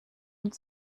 und